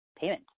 payment